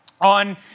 On